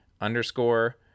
underscore